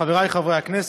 חבריי חברי הכנסת,